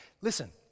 listen